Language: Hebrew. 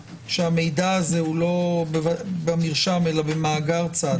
שהמידע הזה הוא לא במרשם אלא במאגר צד,